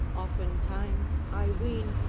oftentimes, i ween,